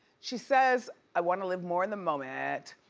she says, i wanna live more in the moment.